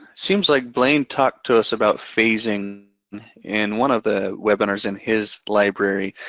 seems like blaine talked to us about phasing in one of the webinars in his library.